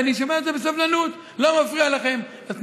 ואני שומע את זה בסבלנות ולא מפריע לכם.